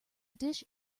dish